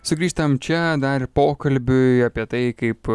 sugrįžtam čia dar pokalbiui apie tai kaip